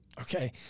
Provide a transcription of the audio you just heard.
Okay